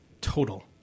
total